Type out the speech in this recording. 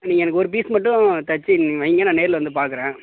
நீங்கள் எனக்கு ஒரு பீஸ் மட்டும் தச்சு நீங்கள் வைங்க நான் நேரில் வந்து பார்க்கறன்